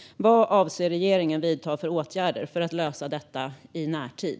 Vad avser regeringen att vidta för åtgärder för att lösa detta i närtid?